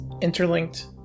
Interlinked